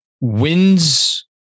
wins